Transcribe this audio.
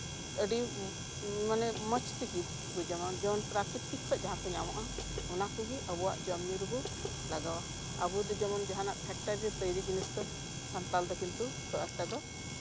ᱟᱹᱰᱤ ᱢᱟᱱᱮ ᱢᱚᱡᱽ ᱛᱮᱜᱮ ᱡᱮᱢᱚᱱ ᱯᱨᱟᱠᱤᱛᱤᱠ ᱠᱷᱚᱱ ᱡᱟᱦᱟᱸ ᱠᱚ ᱧᱟᱢᱚᱜᱼᱟ ᱚᱱᱟ ᱠᱚᱜᱮ ᱟᱵᱚᱣᱟᱜ ᱡᱚᱢ ᱧᱩ ᱨᱮᱵᱚ ᱞᱟᱜᱟᱣᱟ ᱟᱵᱚ ᱡᱮᱢᱚᱱ ᱡᱟᱸᱦᱟᱱᱟᱜ ᱯᱷᱮᱠᱴᱟᱨᱤ ᱛᱳᱭᱨᱤ ᱡᱤᱱᱤᱥ ᱫᱚ ᱥᱟᱱᱛᱟᱲ ᱠᱤᱱᱛᱩ ᱠᱷᱩᱵ ᱮᱠᱴᱟ ᱛᱳᱭᱨᱤ ᱡᱤᱱᱤᱥ ᱫᱚ